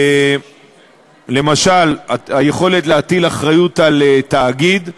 למשל היכולת להטיל אחריות על תאגיד,